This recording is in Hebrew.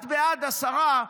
השרה,